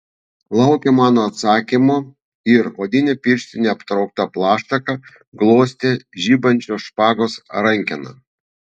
laukė mano atsakymo ir odine pirštine aptraukta plaštaka glostė žibančią špagos rankeną